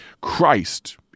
Christ